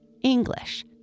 English